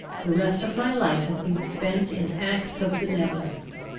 the rest of my life has been spent in acts of benevolence.